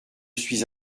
suis